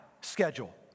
schedule